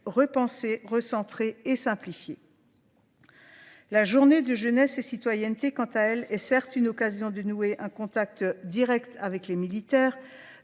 repensés, recentrés et simplifiés. La journée de jeunesse et citoyenneté quant à elle est certes une occasion de nouer un contact direct avec les militaires,